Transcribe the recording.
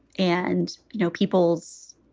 and, you know, people's.